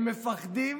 הם מפחדים